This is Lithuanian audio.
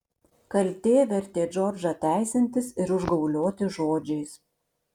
kaltė vertė džordžą teisintis ir užgaulioti žodžiais